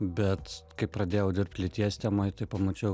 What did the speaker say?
bet kai pradėjau dirbt lyties tema tai pamačiau